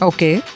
Okay